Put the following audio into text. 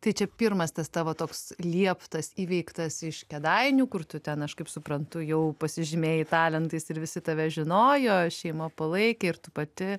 tai čia pirmas tas tavo toks lieptas įveiktas iš kėdainių kur tu ten aš kaip suprantu jau pasižymėjai talentais ir visi tave žinojo šeima palaikė ir tu pati